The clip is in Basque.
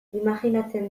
imajinatzen